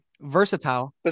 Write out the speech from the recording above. Versatile